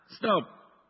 Stop